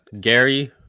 gary